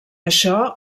això